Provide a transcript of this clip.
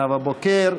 נאוה בוקר,